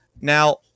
Now